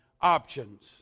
Options